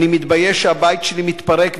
אני מתבייש שהבית שלי מתפרק,